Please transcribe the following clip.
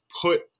put